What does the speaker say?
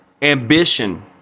Ambition